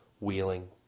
Wheeling